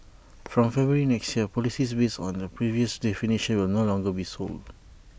from February next year policies based on the previous definitions will no longer be sold